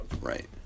Right